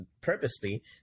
purposely